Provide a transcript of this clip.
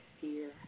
fear